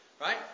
Right